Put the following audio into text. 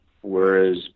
whereas